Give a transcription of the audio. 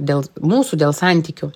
dėl mūsų dėl santykių